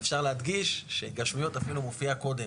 אפשר להדגיש שגשמיות אפילו מופיע קודם.